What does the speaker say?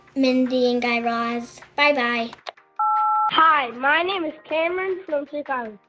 mindy and guy raz. bye-bye hi. my name is cameron but um like um